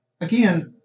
again